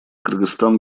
кыргызстан